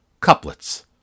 Couplets